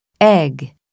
egg